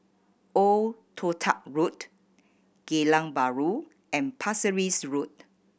Old Toh Tuck Road Geylang Bahru and Pasir Ris Road